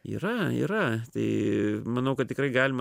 yra yra tai manau kad tikrai galime